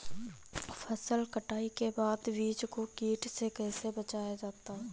फसल कटाई के बाद बीज को कीट से कैसे बचाया जाता है?